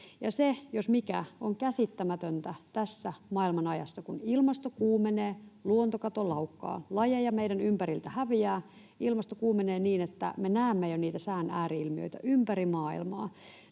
se, jos mikä, on käsittämätöntä tässä maailmanajassa, kun ilmasto kuumenee, luontokato laukkaa, lajeja meidän ympäriltämme häviää, ilmasto kuumenee niin, että me näemme jo niitä sään ääri-ilmiöitä ympäri maailmaa.